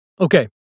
Okay